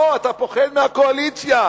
לא, אתה פוחד מהקואליציה,